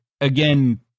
again